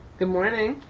good morning.